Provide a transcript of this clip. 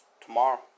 tomorrow